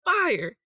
fire